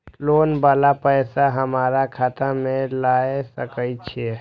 Loan वाला पैसा हमरा खाता से लाय सके छीये?